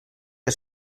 que